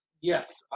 yes